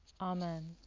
Amen